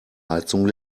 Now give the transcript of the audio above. heizung